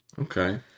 Okay